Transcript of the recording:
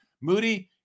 Moody